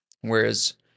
Whereas